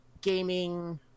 gaming